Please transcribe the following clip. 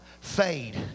fade